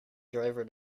driver